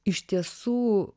iš tiesų